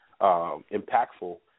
impactful